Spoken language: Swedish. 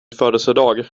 födelsedag